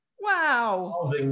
Wow